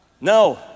No